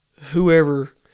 whoever